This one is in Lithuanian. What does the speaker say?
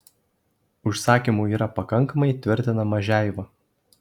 užsakymų yra pakankamai tvirtina mažeiva